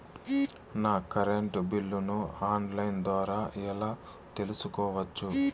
నా కరెంటు బిల్లులను online ద్వారా ఎలా తెలుసుకోవచ్చు?